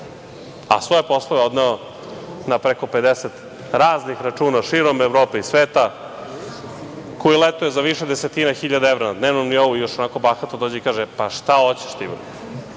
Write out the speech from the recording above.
a svoje poslove odneo na preko 50 raznih računa širom Evrope i sveta, koji je leteo za više desetina hiljada evra na dnevnom nivou, još onako bahato dođe i kaže – pa, šta hoćeš ti, bre?